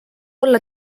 olla